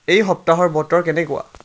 এই সপ্তাহৰ বতৰ কেনেকুৱা